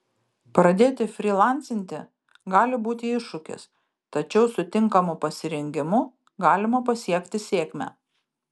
pradėti frylancinti gali būti iššūkis tačiau su tinkamu pasirengimu galima pasiekti sėkmę